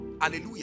Hallelujah